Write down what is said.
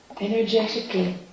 Energetically